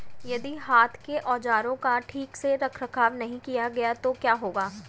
यदि हाथ के औजारों का ठीक से रखरखाव नहीं किया गया तो क्या होगा?